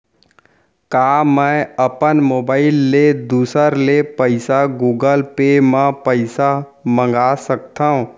का मैं अपन मोबाइल ले दूसर ले पइसा गूगल पे म पइसा मंगा सकथव?